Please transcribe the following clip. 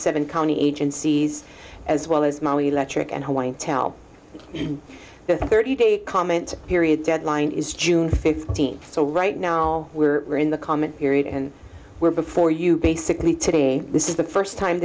seven county agencies as well as maui electric and hawaiian tell me the thirty day comment period deadline is june fifteenth so right now we're in the comment period and we're before you basically today this is the first time